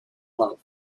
love